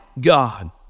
God